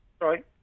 right